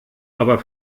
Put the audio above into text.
aber